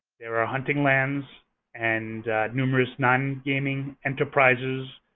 there are hunting lands and numerous non-gaming enterprises